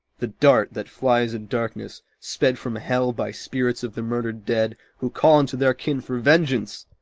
the dart that flies in darkness, sped from hell by spirits of the murdered dead who call unto their kin for vengeance,